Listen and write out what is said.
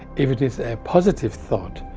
if it is a positive thought,